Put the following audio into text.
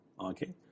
Okay